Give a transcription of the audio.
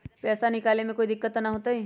पैसा निकाले में कोई दिक्कत त न होतई?